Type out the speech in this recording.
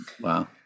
Wow